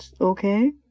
Okay